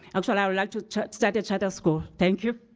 actually, i would like to start a charter school. thank you.